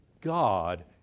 God